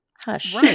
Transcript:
Hush